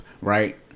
right